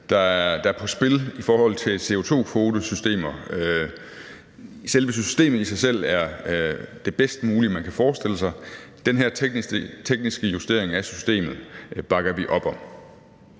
der er på spil i forhold til CO2-kvotesystemer. Selve systemet i sig selv er det bedst mulige, man kan forestille sig. Den her tekniske justering af systemet bakker vi op om.